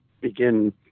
begin